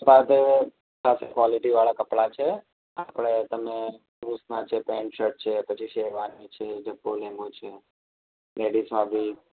પાસે બેસ્ટ ક્વૉલિટીવાળાં કપડાં છે આપણે તેમાં પુરુષનાં છે પેન્ટ શટ છે પછી શેરવાની છે ઝભ્ભો લેંઘો છે લેડીઝમાં બી